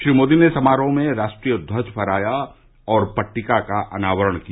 श्री मोदी ने समारोह में राष्ट्रीय ध्वज फहराया और पट्टिका का अनावरण किया